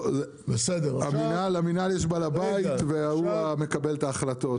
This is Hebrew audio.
למינהל יש בעל הבית והוא מקבל את ההחלטות.